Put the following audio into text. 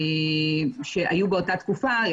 באותה תקופה.